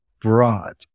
broad